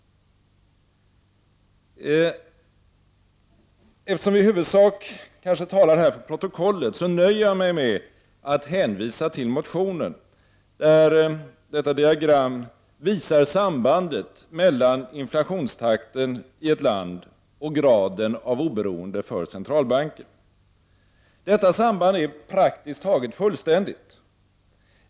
Men eftersom vi i huvudsak talar för protokollet nöjer jag mig med att hänvisa till motionen, där nämnda diagram visar sambandet mellan inflationstakten i ett land och graden av oberoende för centralbanken. Detta samband är praktiskt taget fullständigt.